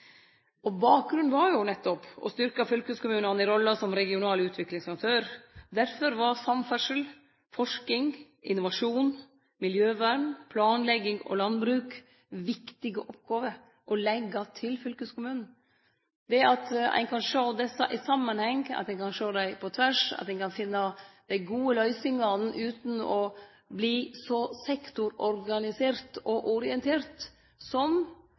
aktørar. Bakgrunnen var jo nettopp å styrkje fylkeskommunen i rolla som regional utviklingsaktør. Derfor var samferdsle, forsking, innovasjon, miljøvern, planlegging og landbruk viktige oppgåver å leggje til fylkeskommunen. Det at ein kan sjå dette i samanheng, at ein kan sjå det på tvers, at ein kan finne dei gode løysingane utan å verte så sektororganisert og -orientert – som